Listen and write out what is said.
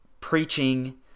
preaching